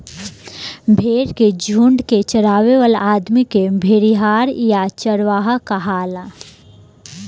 भेड़ के झुंड के चरावे वाला आदमी के भेड़िहार या चरवाहा कहाला